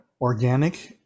organic